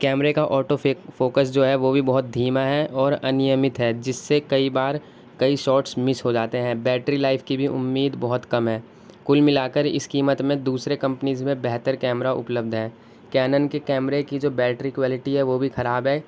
کیمرے کا آٹو فیک فوکس جو ہے وہ بھی بہت دھیما ہے اور انیمت ہے جس سے کئی بار کئی شارٹس مس ہو جاتے ہیں بیٹری لائف کی بھی امید بہت کم ہے کل ملا کر اس قیمت میں دوسرے کمپنیز میں بہتر کیمرا اپلبدھ ہے کینن کے کیمرے کی جو بیٹری کوالٹی ہے وہ بھی خراب ہے